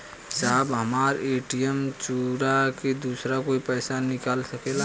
साहब हमार ए.टी.एम चूरा के दूसर कोई पैसा निकाल सकेला?